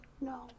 No